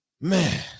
man